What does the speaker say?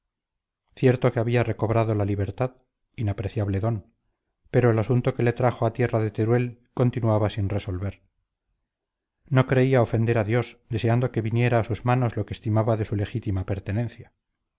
cierto que había recobrado la libertad inapreciable don pero el asunto que le trajo a tierra de teruel continuaba sin resolver no creía ofender a dios deseando que viniera a sus manos lo que estimaba de su legítima pertenencia